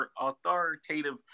authoritative